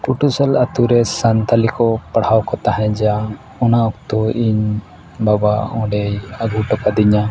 ᱠᱩᱴᱟᱹᱥᱟᱞ ᱟᱹᱛᱩ ᱨᱮ ᱥᱟᱱᱛᱟᱲᱤ ᱠᱚ ᱯᱟᱲᱦᱟᱣ ᱠᱚ ᱛᱟᱦᱮᱸᱫ ᱡᱟ ᱚᱱᱟ ᱚᱠᱛᱚ ᱤᱧ ᱵᱟᱵᱟ ᱚᱸᱰᱮᱭ ᱟᱹᱜᱩ ᱦᱚᱴᱚ ᱠᱟᱫᱤᱧᱟ